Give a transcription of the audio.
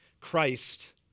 Christ